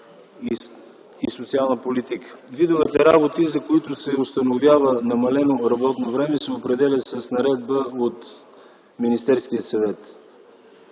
и социалната политика. Видовете работи, за които се установява намалено работно време, се определят с наредба от Министерския съвет.